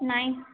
ନାଇଁ